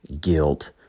guilt